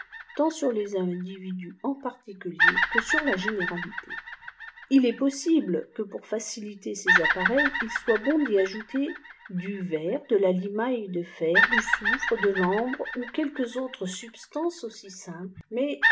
twt sur lés individus en particulieip que sur la gnérauté il est possible que pour faciliter ces appiareils il soit boft fy jour du verre de la limaille de fer du soufre de fambrô quelques autres substances aussi simples mais